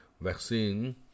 vaccine